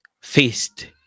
faced